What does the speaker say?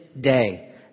day